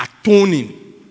atoning